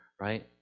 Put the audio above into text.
Right